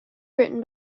written